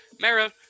Mara